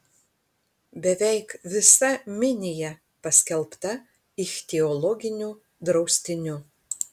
beveik visa minija paskelbta ichtiologiniu draustiniu